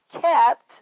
kept